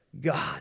God